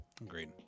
Agreed